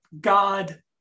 God